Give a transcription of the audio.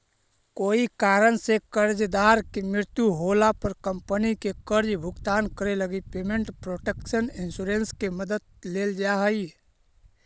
कोई कारण से कर्जदार के मृत्यु होला पर कंपनी के कर्ज भुगतान करे लगी पेमेंट प्रोटक्शन इंश्योरेंस के मदद लेल जा हइ